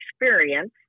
experience